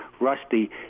rusty